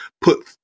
put